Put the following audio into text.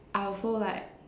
I also like